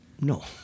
no